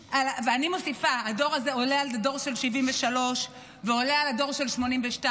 ואני מוסיפה: הדור הזה עולה על הדור של 73' ועולה על הדור של 82',